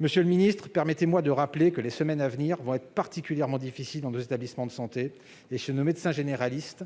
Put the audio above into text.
Monsieur le ministre, permettez-moi de rappeler que les semaines à venir vont être particulièrement difficiles dans nos établissements de santé et chez nos médecins généralistes